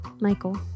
Michael